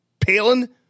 Palin